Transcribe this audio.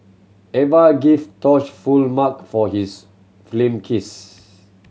Eva gave Tosh full mark for his film kiss